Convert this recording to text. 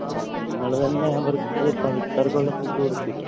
ആ നിങ്ങള് തന്നെ അവർക്ക് പണിക്കാർക്കുള്ള ഫുഡ് കൊടുക്കില്ലേ